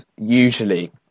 usually